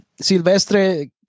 Silvestre